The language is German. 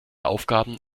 aufgaben